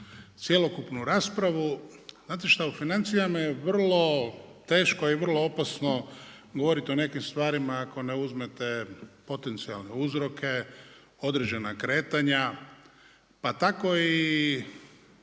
cjelokupnu raspravu, znate što, u financijama je vrlo teško i vrlo opasno govoriti o nekim stvarima ako ne uzmete potencijalne uzroke, određena kretanja, pa tako i